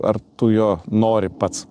ar tu jo nori pats